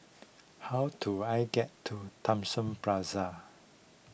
how do I get to Thomson Plaza